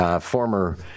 Former